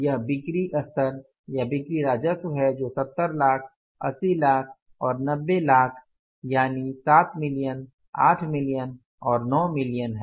यह बिक्री स्तर या बिक्री राजस्व है जो 70 लाख 80 लाख और 90 लाख यानि 7 मिलियन 8 मिलियन और 9 मिलियन सही है